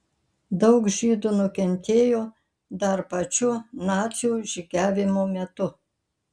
daug žydų nukentėjo dar pačiu nacių žygiavimo metu